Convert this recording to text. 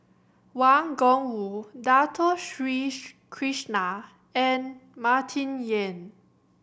Wang Gungwu Dato Sri Krishna and Martin Yan